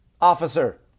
officer